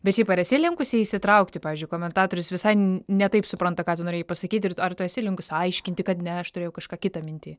bet šiaip ar esi linkusi įsitraukti pavyzdžiui komentatorius visai ne taip supranta ką tu norėjai pasakyti ir ar tu esi linkusi aiškinti kad ne aš turėjau kažką kita minty